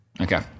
Okay